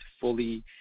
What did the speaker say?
fully